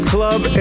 Club